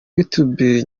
youtube